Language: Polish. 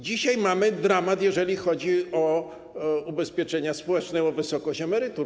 Dzisiaj mamy dramat, jeżeli chodzi o ubezpieczenia społeczne, o wysokość emerytur.